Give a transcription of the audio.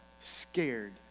scared